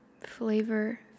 flavor